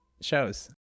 shows